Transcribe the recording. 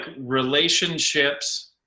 relationships